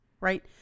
right